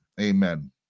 Amen